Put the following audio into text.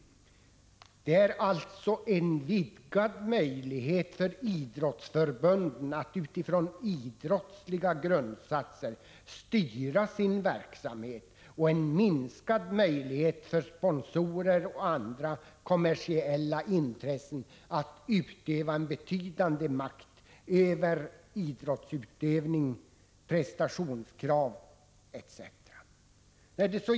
Det gäller alltså en vidgad möjlighet för idrottsförbunden att utifrån idrottsliga grundsatser styra sin verksamhet, och en minskad möjlighet för sponsorer och andra kommersiella intressen att ha en betydande makt över idrottsutövning, prestationskrav etc.